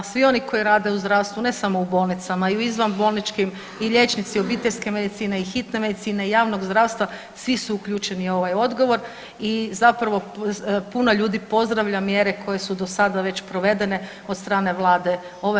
Svi oni koji rade u zdravstvu, ne samo u bolnicama i u izvan bolničkim i liječnici obiteljske medicine i hitne medicine i javnog zdravstva svi su uključeni u ovaj odgovor i zapravo puno ljudi pozdravljaju mjere koje su do sada već provedene od strane vlade, ove vlade Andreja Plenkovića.